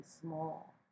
small